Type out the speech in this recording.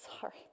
Sorry